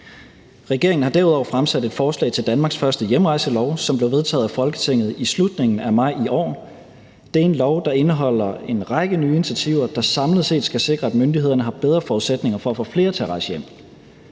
Regeringen har derudover fremsat et forslag til Danmarks første hjemrejselov, som blev vedtaget af Folketinget i slutningen af maj i år. Det er en lov, der indeholder en række nye initiativer, der samlet set skal sikre, at myndighederne har bedre forudsætninger for at få flere til at rejse hjem.